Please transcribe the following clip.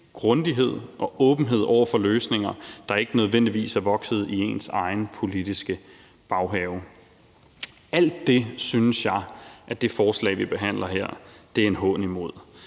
grundighed og åbenhed over for løsninger, der ikke nødvendigvis er vokset i ens egen politiske baghave. Alt det synes jeg at det forslag,